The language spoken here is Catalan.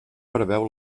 preveu